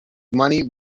money